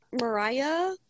Mariah